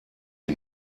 die